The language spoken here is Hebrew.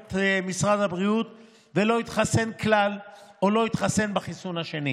משרד הבריאות ולא התחסן כלל או לא התחסן בחיסון השני,